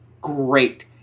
great